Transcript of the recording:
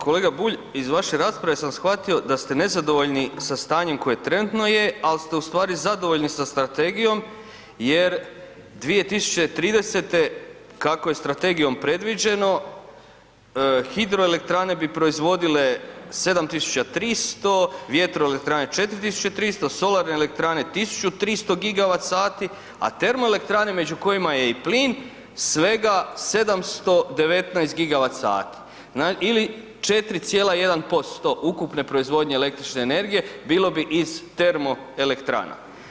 Kolega Bulj iz vaše rasprave sam shvatio da ste nezadovoljni sa stanjem koje trenutno je, ali ste ustvari zadovoljni sa strategijom jer 2030. kako je strategijom predviđeno HE bi proizvodile 7.300, vjetroelektrane 4.300, solarne elektrane 1.300 GWh, a termoelektrane među kojima je i plin svega 719 GWh ili 4,1% ukupne proizvodnje električne energije bilo bi iz termoelektrana.